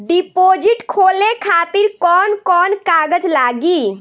Deposit खोले खातिर कौन कौन कागज लागी?